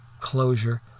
closure